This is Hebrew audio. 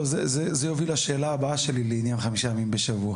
זה יוביל לשאלה הבאה שלי לעניין חמישה ימים בשבוע.